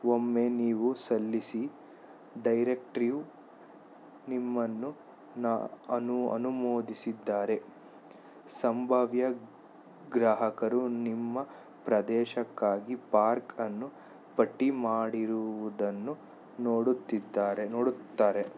ಒಮ್ಮೆ ನೀವು ಸಲ್ಲಿಸಿ ಡೈರೆಕ್ಟ್ರಿಯು ನಿಮ್ಮನ್ನು ನ ಅನು ಅನುಮೋದಿಸಿದ್ದಾರೆ ಸಂಭಾವ್ಯ ಗ್ರಾಹಕರು ನಿಮ್ಮ ಪ್ರದೇಶಕ್ಕಾಗಿ ಪಾರ್ಕ್ ಅನ್ನು ಪಟ್ಟಿ ಮಾಡಿರುವುದನ್ನು ನೋಡುತ್ತಿದ್ದಾರೆ ನೋಡುತ್ತಾರೆ